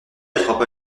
attrapa